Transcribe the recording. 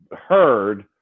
heard